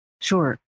Sure